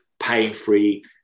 pain-free